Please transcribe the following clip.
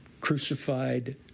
Crucified